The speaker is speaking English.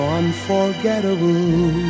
unforgettable